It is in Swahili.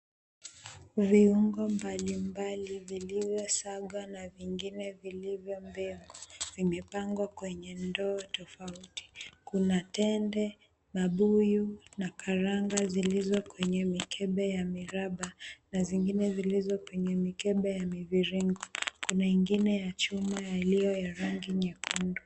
Viungo mbalimbali vilivyo sagwa na vingine vilivyo mbegu, vimepangwa kwenye ndoo tofauti. Kuna tende, mabuyu na karanga zilizo kwenye mikebe ya miraba na zingine zilizo kweye mikebe ya miviringo. Kuna ingine ya chuma iliyo ya rangi nyekundu.